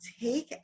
take